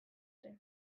ere